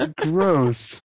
Gross